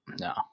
No